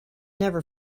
never